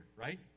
right